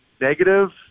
negative